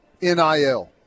NIL